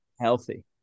healthy